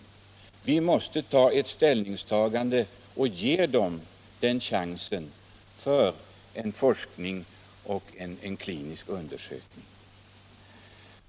Vi måste ge dem en chans och satsa på forskning och klinisk undersökning.